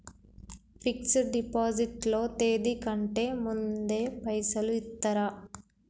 Fix డ్ deposit లో తేది కంటే ముందే పైసలు ఇత్తరా?